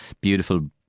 beautiful